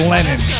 Lennon